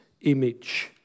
image